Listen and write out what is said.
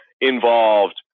involved